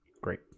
Great